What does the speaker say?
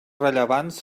rellevants